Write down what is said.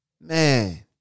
Man